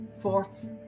forts